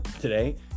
today